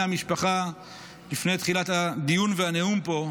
המשפחה לפני תחילת הדיון והנאום פה.